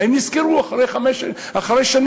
הם נזכרו אחרי שנים.